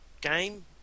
game